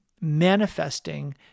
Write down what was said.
manifesting